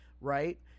Right